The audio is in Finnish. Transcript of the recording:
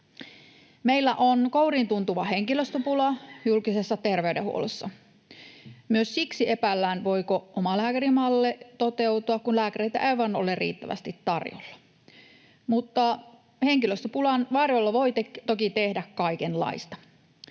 Meillä on kouriintuntuva henkilöstöpula julkisessa terveydenhuollossa. Myös siksi epäillään, voiko omalääkärimalli toteutua, kun lääkäreitä ei vain ole riittävästi tarjolla. Mutta henkilöstöpulan varjolla voi toki tehdä kaikenlaista.